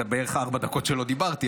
את ארבע הדקות בערך שלא דיברתי,